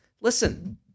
listen